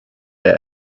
der